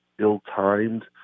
ill-timed